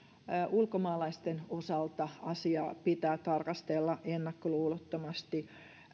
ulkomaalaisten osalta asiaa pitää tarkastella ennakkoluulottomasti